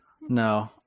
no